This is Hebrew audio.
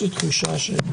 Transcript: אם